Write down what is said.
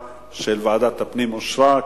על ביטחון הציבור (חילוט וסמכויות פיקוח) (תיקוני